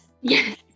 Yes